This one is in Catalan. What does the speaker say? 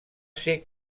ser